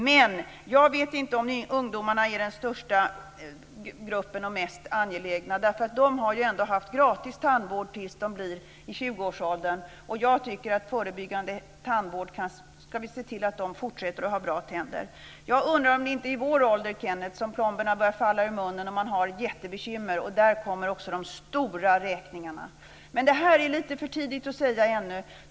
Men jag vet inte om ungdomarna är den mest angelägna gruppen. De har ju ändå haft gratis tandvård tills de kommer upp i 20-årsåldern. Jag tycker att förebyggande tandvård är viktig, och vi ska se till att de fortsätter att ha bra tänder. Jag undrar, Kenneth Johansson, om det inte är i vår ålder som plomberna börjar falla ur munnen och man får jättebekymmer, och då kommer också de stora räkningarna. Men detta är ännu lite för tidigt att säga.